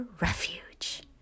refuge